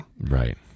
right